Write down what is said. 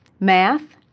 math,